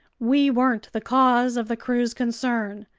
we weren't the cause of the crew's concern.